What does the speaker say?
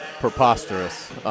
preposterous